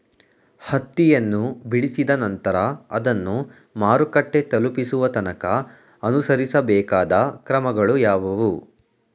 ಹತ್ತಿಯನ್ನು ಬಿಡಿಸಿದ ನಂತರ ಅದನ್ನು ಮಾರುಕಟ್ಟೆ ತಲುಪಿಸುವ ತನಕ ಅನುಸರಿಸಬೇಕಾದ ಕ್ರಮಗಳು ಯಾವುವು?